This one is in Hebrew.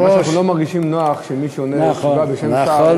האמת היא שאנחנו לא מרגישים נוח שמי שעונה בא בשם שר,